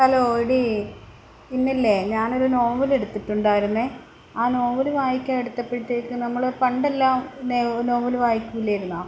hello എടീ ഇന്നില്ലേ ഞാൻ ഒരു നോവല് എടുത്തിട്ടുണ്ടായിരുന്നു ആ നോവല് വായിക്കാൻ എടുത്തപ്പോഴ്ത്തേക്ക് നമ്മൾ പണ്ട് എല്ലാം നോവല് വായിക്കില്ലായിരുന്നോ